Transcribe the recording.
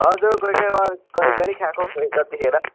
हजुर कोही कोही बेला घरिघरि खाएको कोही कतिखेर